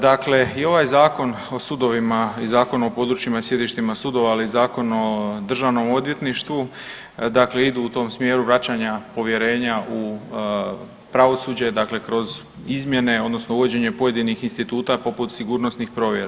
Dakle i ovaj Zakon o sudovima i Zakon o područjima i sjedištima sudova, ali i Zakon o Državnom odvjetništvu dakle idu u tom smjeru vraćanja povjerenja u pravosuđe dakle kroz izmjene odnosno uvođenje pojedinih instituta poput sigurnosnih provjera.